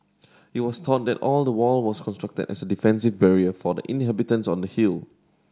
it was thought that the wall was constructed as a defensive barrier for the inhabitants on the hill